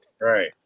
Right